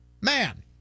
man